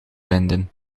vinden